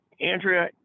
Andrea